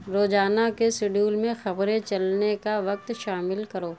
روزانہ کے شیڈول میں خبریں چلنے کا وقت شامل کرو